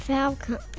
Falcon